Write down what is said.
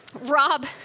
Rob